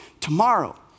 tomorrow